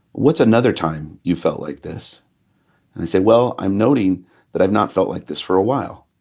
what's another time you felt like this? and i say, well, i'm noting that i've not felt like this for a while.